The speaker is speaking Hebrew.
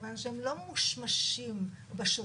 מכיוון שהם לא מושמשים בשוטף,